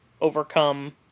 overcome